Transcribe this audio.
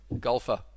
Golfer